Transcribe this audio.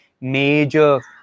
major